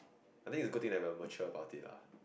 I think is a good thing that we are mature about it lah